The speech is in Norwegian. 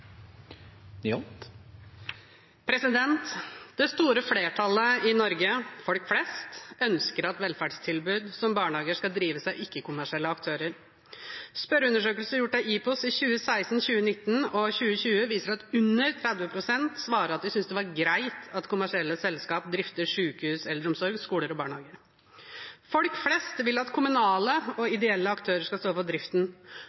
aktører. Spørreundersøkelser gjort av Ipsos i 2016, 2019 og 2020 viser at under 30 pst. svarer at de synes det er greit at kommersielle selskaper drifter sykehus, eldreomsorg, skoler og barnehager. Folk flest vil at kommunale og ideelle aktører skal stå for driften,